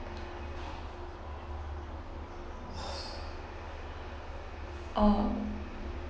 orh